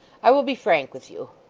i will be frank with you